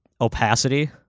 opacity